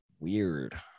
weird